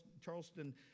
Charleston